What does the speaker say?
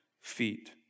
feet